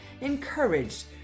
encouraged